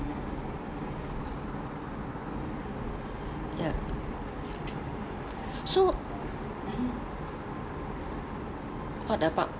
ya so what about